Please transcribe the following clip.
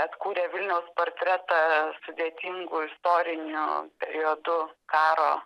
atkūrė vilniaus portretą sudėtingu istoriniu periodu karo